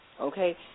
Okay